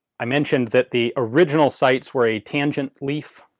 i mentioned that the original sights were a tangent leaf.